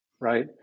right